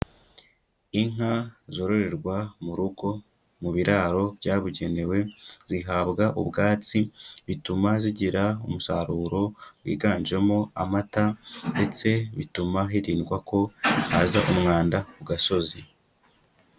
Inka zororerwa mu rugo, mu biraro byabugenewe, zihabwa ubwatsi, bituma zigira umusaruro wiganjemo amata, ndetse bituma hirindwa ko haza umwanda ku gasozi.